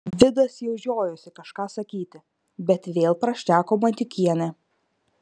vidas jau žiojosi kažką sakyti bet vėl prašneko matiukienė